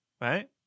right